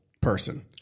person